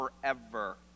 forever